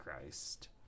Christ